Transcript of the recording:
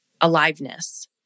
aliveness